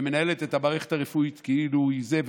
ומנהלת את המערכת הרפואית כאילו היא זה,